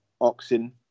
Oxen